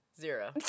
zero